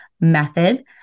method